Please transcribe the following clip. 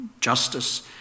justice